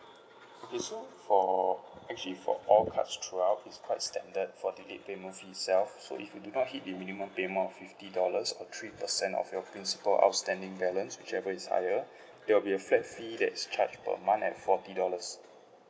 okay so for actually for all cards throughout is quite standard for the late payment fee itself so if you do not hit the minimum payment of fifty dollars or three percent of your principle outstanding balance whichever is higher there will be a flat fee that is charge per month at forty dollars